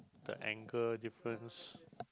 the angle difference